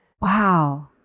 Wow